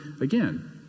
again